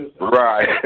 Right